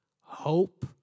hope